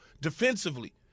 Defensively